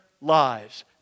lives